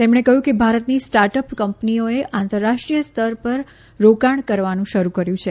તેમણે કહ્યું કે ભારતની સ્ટાર્ટ અપ કંપનીઓએ આંતરરાષ્ટ્રીય સ્તર પર રોકાણ કરવાનું શરૂ કર્યું છે